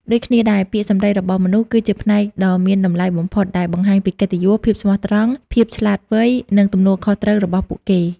ដូចគ្នាដែរ ពាក្យសម្ដីរបស់មនុស្ស គឺជាផ្នែកដ៏មានតម្លៃបំផុតដែលបង្ហាញពីកិត្តិយស ភាពស្មោះត្រង់ ភាពឆ្លាតវៃ និងទំនួលខុសត្រូវរបស់ពួកគេ។